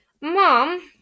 Mom